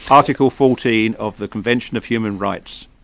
article fourteen of the convention of human rights.